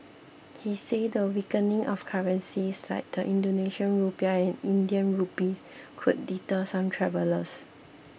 he said the weakening of currencies like the Indonesian Rupiah and Indian Rupee could deter some travellers